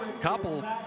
Couple